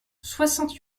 soixante